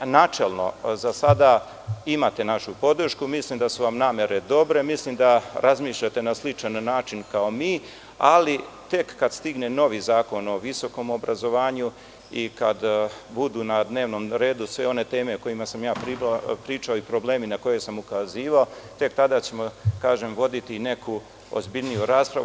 Načelno, za sada imate našu podršku, mislim da su vam namere dobre, mislim da razmišljate na sličan način kao mi, ali tek kad stigne novi zakon o visokom obrazovanju i kad budu na dnevnom redu sve one teme o kojima sam ja pričao i problemi na koje sam ukazivao, tek tada ćemo voditi neku ozbiljniju raspravu.